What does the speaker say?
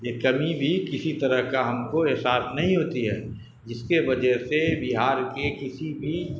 یہ کمی بھی کسی طرح کا ہم کو احساس نہیں ہوتی ہے جس کے وجہ سے بہار کے کسی بھی